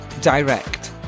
direct